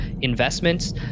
investments